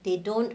they don't